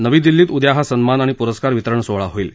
नवी दिल्लीत उद्या हा सन्मान आणि पुरस्कार वितरण सोहळा होईल